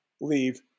leave